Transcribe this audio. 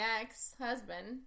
ex-husband